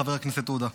חבר הכנסת עודה.